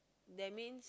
that means